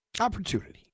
Opportunity